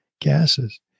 gases